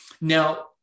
Now